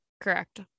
correct